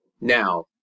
Now